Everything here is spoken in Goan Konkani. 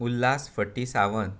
उल्हास फटी सावंत